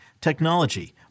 technology